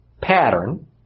pattern